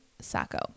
Sacco